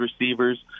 receivers